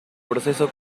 proceso